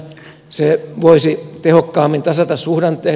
se voisi tehokkaammin tasata suhdanteet